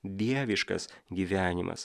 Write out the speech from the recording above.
dieviškas gyvenimas